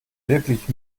wirklich